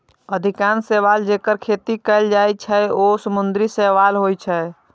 अधिकांश शैवाल, जेकर खेती कैल जाइ छै, ओ समुद्री शैवाल होइ छै